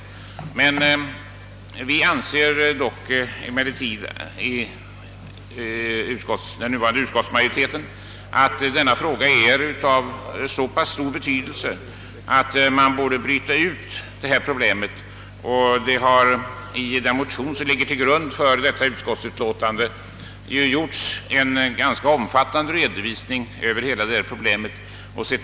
Den nuvarande utskotts majoriteten anser emellertid att frågan är av så stor betydelse att man borde kunna bryta ut ifrågavarande problem. I den motion som ligger till grund för utskottsutlåtandet har det gjorts en ganska omfattamde redovisning över hela problemet.